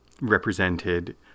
represented